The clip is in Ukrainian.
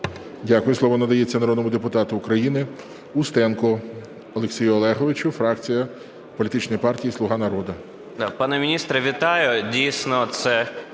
Дякую. Слово надається народному депутату України Устенку Олексію Олеговичу, фракція політичної партії "Слуга народу".